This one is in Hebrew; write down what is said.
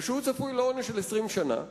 ושהוא צפוי לעונש של 20 שנה,